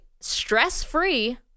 Stress-free